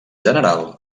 general